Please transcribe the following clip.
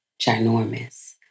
ginormous